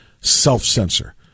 self-censor